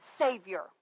Savior